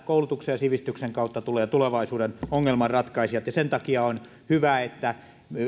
koulutuksen ja sivistyksen kautta tulevat tulevaisuuden ongelmanratkaisijat sen takia on hyvä että